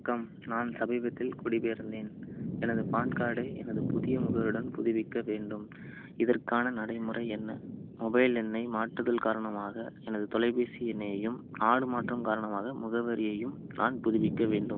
come நான் சமீபத்தில் குடி போய்ருந்தேன் எனது ஃபான் கார்டை எனது புதிய முகவரியுடன் புதுப்பிக்க வேண்டும் இதற்கான நடைமுறை என்ன மொபைல் எண்ணை மாற்றுதல் காரணமாக எனது தொலைபேசி எண்ணையும் நாடு மாற்றம் காரணமாக முகவரியையும் நான் புதுப்பிக்க வேண்டும்